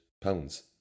pounds